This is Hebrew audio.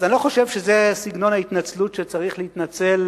אז אני לא חושב שזה סגנון ההתנצלות שצריך להתנצל